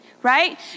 right